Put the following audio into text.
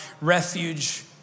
refuge